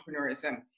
entrepreneurism